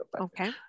okay